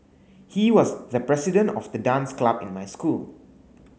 he was the president of the dance club in my school